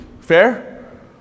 Fair